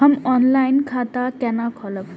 हम ऑनलाइन खाता केना खोलैब?